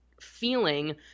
feeling